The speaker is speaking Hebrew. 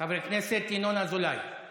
חבר הכנסת ינון אזולאי.